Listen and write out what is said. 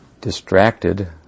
distracted